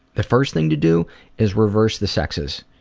the first thing to do is reverse the sexes.